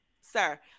sir